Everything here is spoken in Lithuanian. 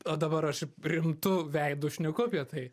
o dabar aš rimtu veidu šneku apie tai